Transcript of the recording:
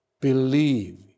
believe